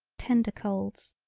tender colds,